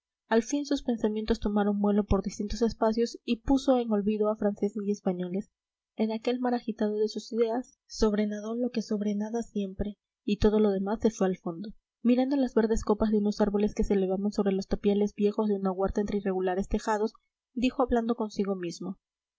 al fin sus pensamientos tomaron vuelo por distintos espacios y puso en olvido a franceses y españoles en aquel mar agitado de sus ideas sobrenadó lo que sobrenada siempre y todo lo demás se fue al fondo mirando las verdes copas de unos árboles que se elevaban sobre los tapiales viejos de una huerta entre irregulares tejados dijo hablando consigo mismo